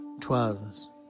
Twas